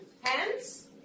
Hands